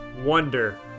wonder